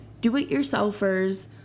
do-it-yourselfers